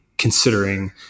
considering